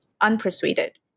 unpersuaded